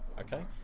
Okay